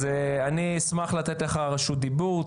אז אני אשמח לתת לך רשות דיבור.